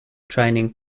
training